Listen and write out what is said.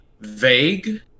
vague